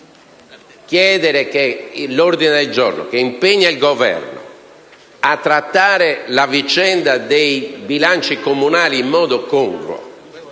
l'ordine del giorno che impegna il Governo a trattare la vicenda dei bilanci comunali in modo congruo